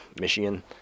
Michigan